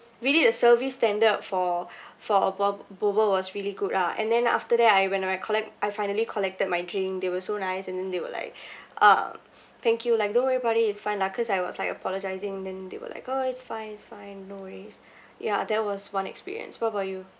really the service standard for for a bo~ boba was really good lah and then after that I when I collect I finally collected my drink they were so nice and then they were like uh thank you like don't worry about it it's fine lah cause I was like apologising then they were like oh it's fine it's fine no worries yeah that was one experience what about you